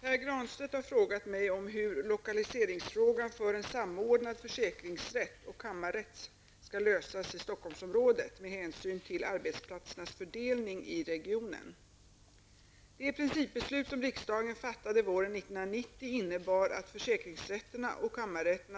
Pär Granstedt har frågat mig om hur lokaliseringsfrågan för en samordnad försäkringsrätt och kammarrätt skall lösas i Stockholmsområdet med hänsyn till arbetsplatsernas fördelning i regionen. 1991.